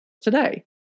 today